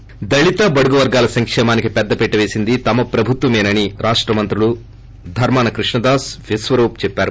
ి దళిత బడుగు వర్గాల సంకేమానికి పెద్ద పీట వేసింది తమ ప్రభుత్వమేనని రాష్ట మంత్రులు ధర్మాల కృషదాస్ విశ్వరూప్ చెప్పారు